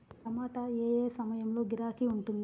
టమాటా ఏ ఏ సమయంలో గిరాకీ ఉంటుంది?